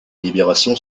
libération